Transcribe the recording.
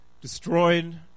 destroyed